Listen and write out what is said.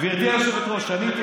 את זה אתה אומר, לא אני אומר.